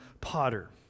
potter